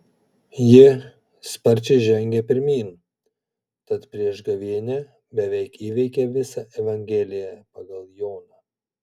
ji sparčiai žengė pirmyn tad prieš gavėnią beveik įveikė visą evangeliją pagal joną